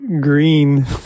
Green